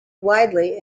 widely